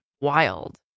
wild